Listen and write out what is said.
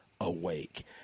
awake